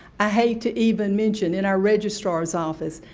i hate to even mention. in our registrar's office,